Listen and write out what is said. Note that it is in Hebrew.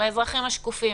באזרחים השקופים,